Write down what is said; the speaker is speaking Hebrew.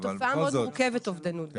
אבל בכל זאת --- תקופה מאוד מורכבת אובדנות גם.